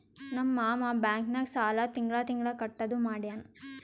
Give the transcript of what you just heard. ನಮ್ ಮಾಮಾ ಬ್ಯಾಂಕ್ ನಾಗ್ ಸಾಲ ತಿಂಗಳಾ ತಿಂಗಳಾ ಕಟ್ಟದು ಮಾಡ್ಯಾನ್